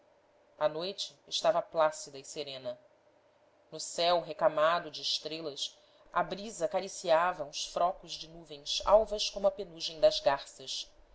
a noite estava plácida e serena no céu recamado de estrelas a brisa cariciava uns frocos de nuvens alvas como a penugem das garças